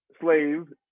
slaves